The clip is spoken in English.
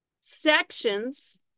sections